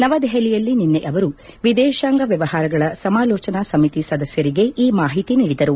ನವದೆಹಲಿಯಲ್ಲಿ ನಿನ್ನೆ ಅವರು ವಿದೇಶಾಂಗ ವ್ಯವಹಾರಗಳ ಸಮಾಲೋಚನಾ ಸಮಿತಿ ಸದಸ್ಯರಿಗೆ ಈ ಮಾಹಿತಿ ನೀಡಿದರು